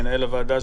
מנהל הוועדה,